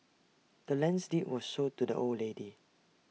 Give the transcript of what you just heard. the land's deed was sold to the old lady